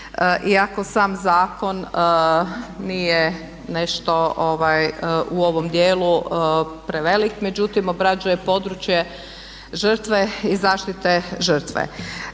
iako sam zakon nije nešto u ovom dijelu prevelik međutim obrađuje područje žrtve i zaštite žrtve.